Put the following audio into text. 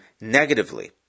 negatively